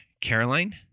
Caroline